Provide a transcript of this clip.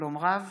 שלום רב,